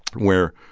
where,